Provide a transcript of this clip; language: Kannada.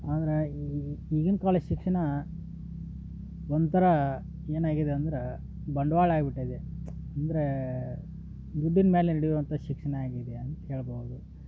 ಆದರೆ ಈಗಿನ ಕಾಲದ ಶಿಕ್ಷಣ ಒಂಥರ ಏನಾಗಿದೆ ಅಂದ್ರ ಬಂಡ್ವಾಳ ಆಗ್ಬಿಟ್ಟಿದೆ ಅಂದರೆ ದುಡ್ಡಿನ ಮೇಲೆ ನೆಡಿಯುವಂಥ ಶಿಕ್ಷಣ ಆಗಿದೆ ಅಂತ ಹೇಳ್ಬೋದು